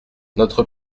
notre